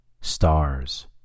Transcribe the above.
stars